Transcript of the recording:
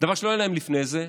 דבר שלא היה להם לפני זה,